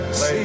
See